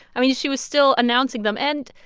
i mean, she was still announcing them. and,